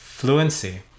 Fluency